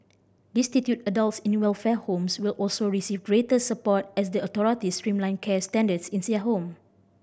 destitute adults in the welfare homes will also receive greater support as the authorities streamline care standards in there home